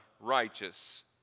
righteous